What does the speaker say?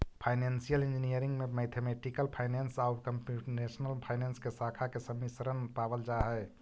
financial engineering में mathematical finance आउ computational finance के शाखा के सम्मिश्रण पावल जा हई